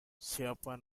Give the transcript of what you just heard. siapa